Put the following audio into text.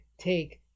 take